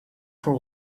voor